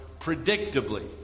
predictably